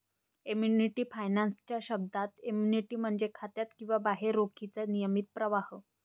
annuity finance च्या शब्दात, annuity म्हणजे खात्यात किंवा बाहेर रोखीचा नियमित प्रवाह